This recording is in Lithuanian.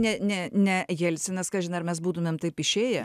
ne ne ne jelcinas kažin ar mes būtumėm taip išėję